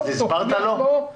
אז הסברת לו?